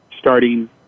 starting